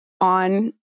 on